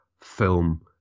film